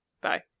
Bye